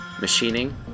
machining